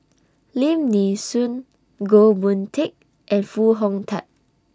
Lim Nee Soon Goh Boon Teck and Foo Hong Tatt